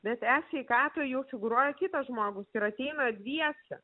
bet esveikatoj jau figūruoja kitas žmogus ir ateina dviese